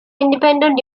independent